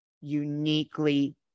uniquely